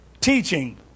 Teaching